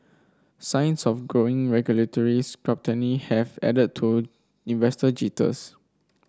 signs of growing regulatory have added to investor jitters